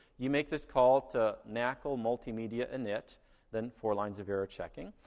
you make this call to nacl multimedia init then four lines of error checking.